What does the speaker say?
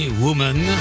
Woman